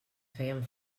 feien